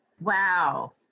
Wow